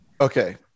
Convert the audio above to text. Okay